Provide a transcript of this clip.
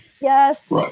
yes